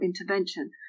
intervention